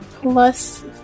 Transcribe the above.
Plus